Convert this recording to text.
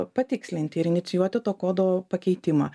patikslinti ir inicijuoti to kodo pakeitimą